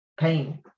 pain